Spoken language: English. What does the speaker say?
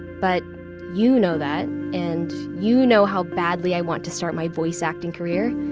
but you know that and you know how badly i want to start my voice acting career.